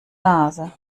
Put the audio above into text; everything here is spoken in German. nase